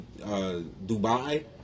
Dubai